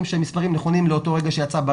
שהם מספרים נכונים לאותו רגע שיצאו,